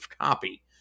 copy